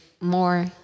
more